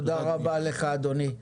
תודה רבה לך, אדוני.